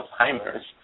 Alzheimer's